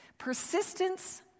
persistence